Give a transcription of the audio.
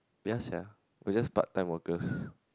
ya sia we're just part time workers